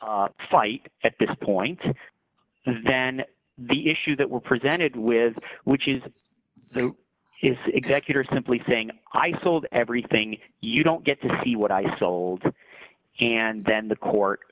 fight at this point than the issue that we're presented with which is the executor simply saying i sold everything you don't get to see what i sold and then the court